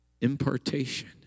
Impartation